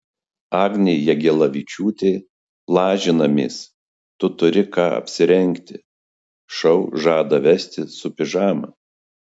agnė jagelavičiūtė lažinamės tu turi ką apsirengti šou žada vesti su pižama